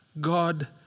God